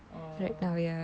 oh